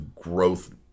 growth